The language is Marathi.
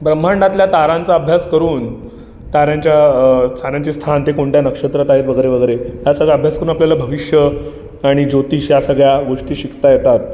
ब्रह्मांडातल्या तारांचा अभ्यास करून ताऱ्यांच्या अ ताऱ्यांचे स्थान ते कोणत्या नक्षत्रात आहेत वगैरे वगैरे हा सगळा अभ्यास करून आपल्याला भविष्य आणि ज्योतिष या सगळ्या गोष्टी शिकता येतात